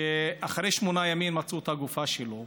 שאחרי שמונה ימים מצאו את הגופה שלו,